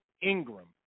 Ingram